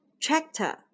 tractor